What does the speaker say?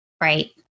Right